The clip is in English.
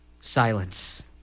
Silence